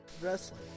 Wrestling